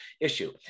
issue